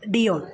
Deol